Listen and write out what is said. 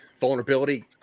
Vulnerability